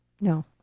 No